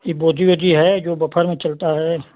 ये बोदी ओदी है जो बफ़र में चलता है